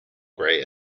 grey